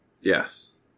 Yes